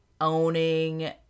owning